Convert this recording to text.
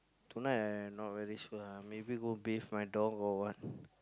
tonight I not very sure ah maybe go bathe my dog or what